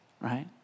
right